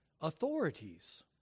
authorities